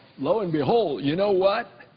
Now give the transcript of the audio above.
lo and behold, you know what,